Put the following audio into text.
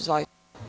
Izvolite.